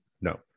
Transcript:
No